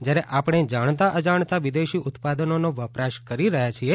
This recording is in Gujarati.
જ્યારે આપણે જાણતાં અજાણતાં વિદેશી ઉત્પાદનોનો વપરાશ કરી રહ્યા છીએ